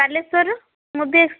ବାଲେଶ୍ୱରର ମୁଦିଫ୍